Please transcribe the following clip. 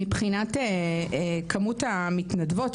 מבחינת כמות המתנדבות,